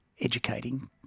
educating